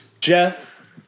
Jeff